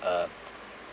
uh